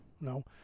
no